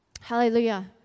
Hallelujah